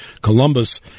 Columbus